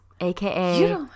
aka